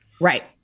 Right